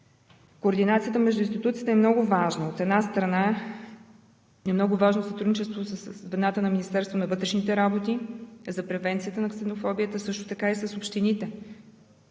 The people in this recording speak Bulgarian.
Координацията между институциите е много важна. От една страна, е много важно сътрудничеството със звената на Министерството на вътрешните работи за превенцията на ксенофобията, също така и с общините.